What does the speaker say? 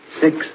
Six